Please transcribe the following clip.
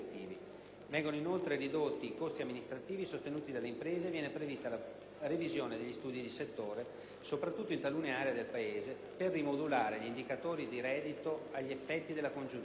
Vengono inoltre ridotti i costi amministrativi sostenuti dalle imprese e viene prevista la revisione degli studi di settore, soprattutto in talune aree del Paese, per rimodulare gli indicatori di reddito agli effetti della congiuntura.